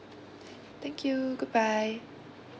thank you goodbye